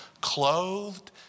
Clothed